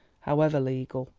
however legal.